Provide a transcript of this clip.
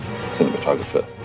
cinematographer